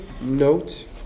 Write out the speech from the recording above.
note